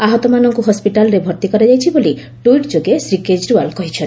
ଆହତମାନଙ୍କୁ ହସ୍କିଟାଲ୍ରେ ଭର୍ତ୍ତି କରାଯାଇଛି ବୋଲି ଟ୍ୱିଟ୍ ଯୋଗେ ଶ୍ରୀ କେଜରିଓ୍ବାଲ୍ କହିଚ୍ଛନ୍ତି